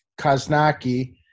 Kaznaki